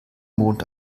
mond